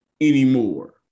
anymore